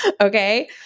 Okay